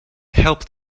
helped